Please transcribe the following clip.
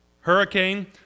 hurricane